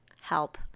help